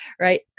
right